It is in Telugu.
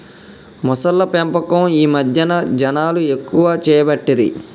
మొసళ్ల పెంపకం ఈ మధ్యన జనాలు ఎక్కువ చేయబట్టిరి